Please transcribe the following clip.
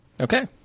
Okay